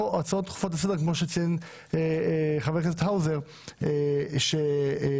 כמו שציין חבר הכנסת האוזר יש עוד הרבה מאוד הצעות